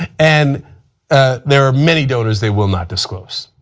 and ah there are many donors they will not disclose.